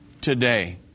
today